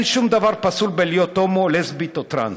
אין שום דבר פסול בלהיות הומו, לסבית או טרנס.